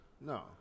No